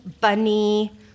Bunny